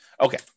Okay